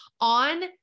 on